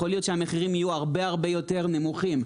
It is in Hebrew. יכול להיות שהמחירים יהיו הרבה הרבה יותר נמוכים,